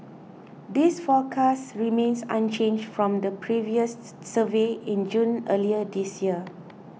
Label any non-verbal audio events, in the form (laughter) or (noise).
this forecast remains unchanged from the previous (unintelligible) survey in June earlier this year